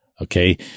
Okay